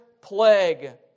plague